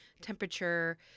temperature